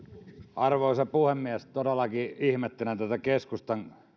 arvoisa puhemies todellakin ihmettelen tätä keskustan